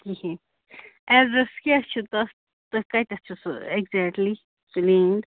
کِہیٖنۍ اٮ۪ڈرَس کیٛاہ چھُ تَتھ تُہۍ کَتیٚتھ چھُ سُہ اٮ۪گزیٹلی سُہ لینٛڈ